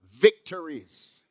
victories